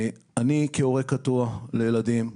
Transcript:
כהורה קטוע לילדים,